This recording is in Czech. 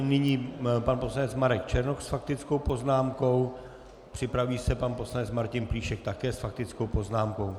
Nyní pan poslanec Marek Černoch s faktickou poznámkou, připraví se pan poslanec Martin Plíšek také s faktickou poznámkou.